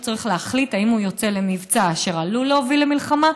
צריך להחליט אם הוא יוצא למבצע אשר עלול להוביל למלחמה,